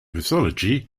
mythology